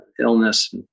illness